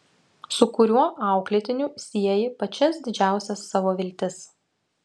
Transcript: su kuriuo auklėtiniu sieji pačias didžiausias savo viltis